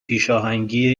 پیشاهنگی